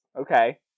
Okay